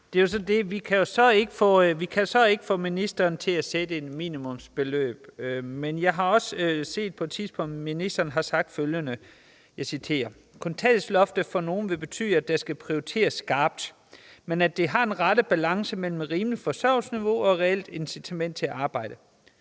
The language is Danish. Vi kan så ikke få ministeren til at sige et minimumsbeløb, men jeg har på et tidspunkt set, at ministeren har sagt følgende til Avisen.dk: »... at kontanthjælpsloftet for nogle vil betyde, at der skal prioriteres skarpt, men at det har den rette balance mellem et rimeligt forsørgelsesniveau og et reelt incitament til at arbejde.«